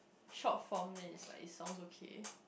short form then is like it sounds okay